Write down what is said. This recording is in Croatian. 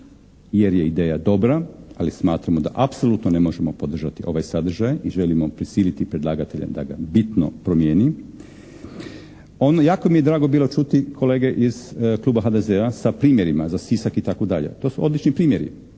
jer je ideja dobra, ali smatramo da apsolutno ne možemo podržati ovaj sadržaj i želimo prisiliti predlagatelja da ga bitno promijeni. Jako mi je drago bilo čuti kolege iz kluba HDZ-a sa primjerima za Sisak itd. to su obični primjeri.